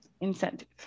incentive